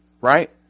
right